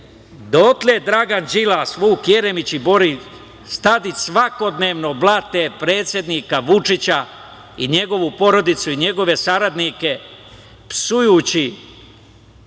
dotle Dragan Đilas, Vuk Jeremić i Boris Tadić svakodnevno blate predsednika Vučića i njegovu porodicu i njegove saradnike, psujući